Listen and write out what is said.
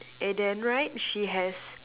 and then right she has